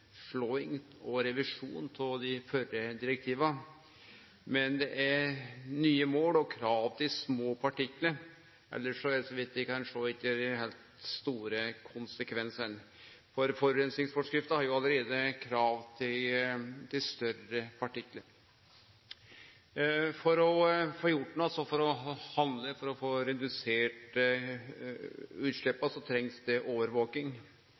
og ein revisjon av dei førre direktiva, men det er nye mål og krav til små partiklar. Elles får det etter det eg kan sjå, ikkje dei heilt store konsekvensane. Forureiningsforskrifta har jo allereie krav til større partiklar. For å få gjort noko, for å få redusert utsleppa, trengst det overvaking.